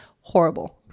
horrible